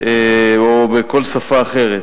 או בכל שפה אחרת.